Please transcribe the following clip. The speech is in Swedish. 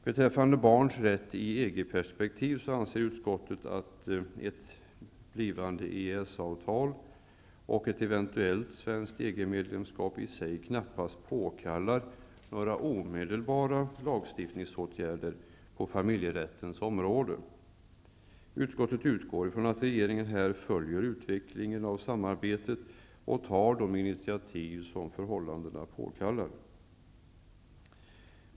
Beträffande barnens rätt i ett EG-perspektiv anser utskottet att ett blivande EES-avtal och ett eventuellt svenskt EG-medlemskap i sig knappast påkallar några omedelbara lagstiftningsåtgärder på familjerättens område. Utskottet utgår från att regeringen följer utvecklingen av samarbetet och tar de initiativ som förhållandena påkallar.